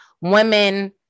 women